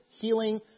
healing